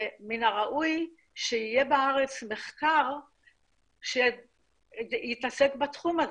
שמן הראוי, שיהיה בארץ מחקר שיתעסק בתחום הזה.